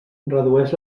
redueix